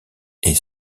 est